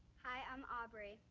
hi, i'm aubrey.